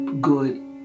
good